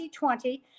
2020